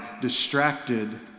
distracted